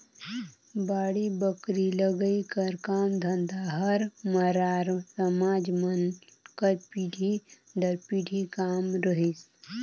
बाड़ी बखरी लगई कर काम धंधा हर मरार समाज मन कर पीढ़ी दर पीढ़ी काम रहिस